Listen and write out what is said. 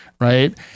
Right